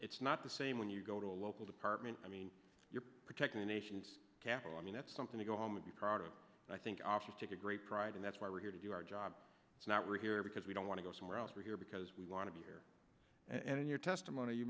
it's not the same when you go to a local department i mean you're protecting the nation's capital i mean that's something to go home and be proud of and i think i take a great pride and that's why we're here to do our job not rehear because we don't want to go somewhere else we're here because we want to be here and in your testimony you